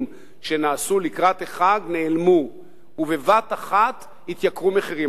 שנעשו לקראת החג נעלמו ובבת-אחת עלו מחירים.